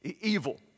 Evil